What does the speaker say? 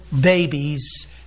babies